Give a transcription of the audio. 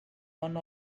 one